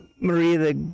Maria